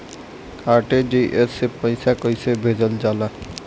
RTGS से पइसा कहे भेजल जाला?